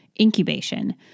incubation